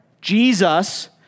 Jesus